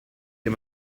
ihr